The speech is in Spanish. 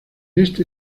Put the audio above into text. este